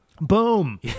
Boom